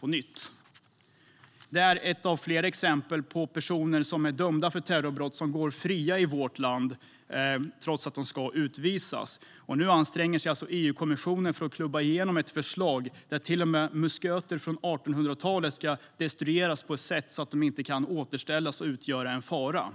Detta är ett av flera exempel på personer som är dömda för terrorbrott som går fria i vårt land trots att de ska utvisas. Nu anstränger sig alltså EU-kommissionen för att klubba igenom ett förslag där till och med musköter från 1800-talet ska destrueras på ett sätt så att de inte kan återställas och utgöra en fara.